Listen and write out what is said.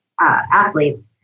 athletes